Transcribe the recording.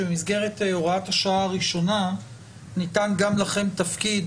שבמסגרת הוראת השעה הראשונה ניתן גם לכם תפקיד